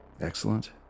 Excellent